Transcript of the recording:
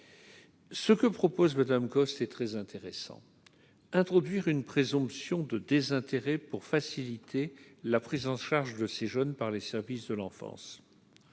Ce que propose Madame Cosse c'est très intéressant, introduire une présomption de désintérêt pour faciliter la prise en charge de ces jeunes par les services de l'enfance